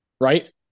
right